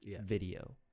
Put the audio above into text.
video